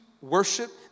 worship